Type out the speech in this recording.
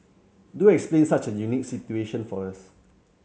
do explain such a unique situation for us